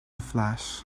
flash